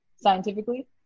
scientifically